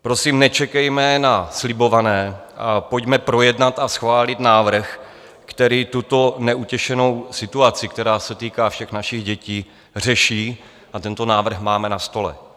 Prosím, nečekejme na slibované a pojďme projednat a schválit návrh, který tuto neutěšenou situaci, která se týká všech našich dětí, řeší, a tento návrh máme na stole.